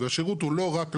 והשירות הוא לא רק לחיים,